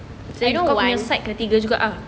so kau punya side kena tiga juga ah